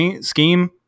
scheme